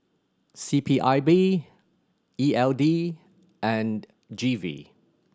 C P I B E L D and G V